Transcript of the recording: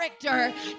character